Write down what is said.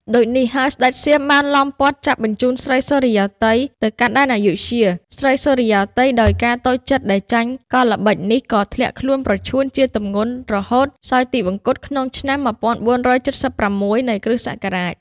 ដូចនេះហើយស្ដេចសៀមបានឡោមព័ទ្ធចាប់បញ្ចូនស្រីសុរិយោទ័យទៅកាន់ដែនអាយុធ្យា ស្រីសុរិយោទ័យដោយការតូចចិត្តដែលចាញ់កល្បិចនេះក៏ធ្លាក់ខ្លួនប្រឈួនជាទម្ងន់រហូតសោយទីវង្គត ក្នុងឆ្នាំ ១៤៧៦ នៃគ.សករាជ ។